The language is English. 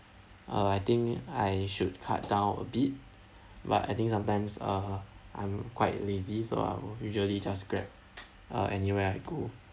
uh I think I should cut down a bit but I think sometimes uh I'm quite lazy so I will usually just grab uh anywhere I go